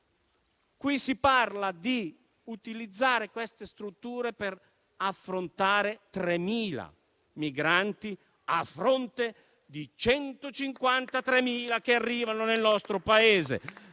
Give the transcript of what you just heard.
Qui si parla di utilizzare queste strutture per affrontare 3.000 migranti a fronte di 153.000 che arrivano nel nostro Paese,